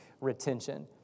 retention